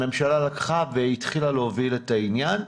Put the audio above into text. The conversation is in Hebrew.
הממשלה לקחה והתחילה להוביל את העניין.